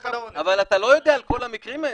אבל אתה לא יודע על כל המקרים האלה,